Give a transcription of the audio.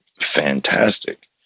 fantastic